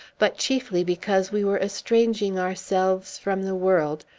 but chiefly because we were estranging ourselves from the world,